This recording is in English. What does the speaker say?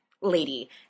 lady